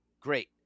great